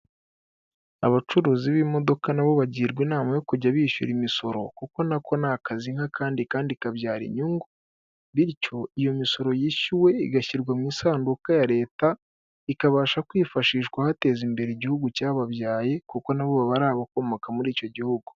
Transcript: Abacuruzi b'imodoka nabo bagirwa inama yo kujya bishyura imisoro kuko n'ako ni akazi nk'akandi kandi ikabyara inyungu, bityo iyo misoro yishyuwe igashyirwa mu isanduku ya Leta ikabasha kwifashishwa hateza imbere igihugu cyababyaye kuko n'abo baba ari abakomoka muri icyo gihugu.